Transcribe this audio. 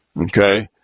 Okay